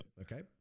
Okay